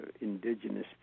indigenous